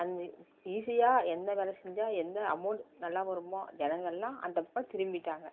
அன்னு ஈஸியாக என்ன வேலை செஞ்சால் எந்த அமௌண்ட் நல்லா வருமோ ஜனங்கள்லாம் அந்த பக்கம் திரும்பிவிட்டாங்க